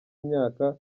imyaka